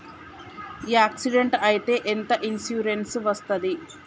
Accident అయితే ఎంత insurance వస్తది?